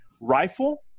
Rifle